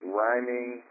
rhyming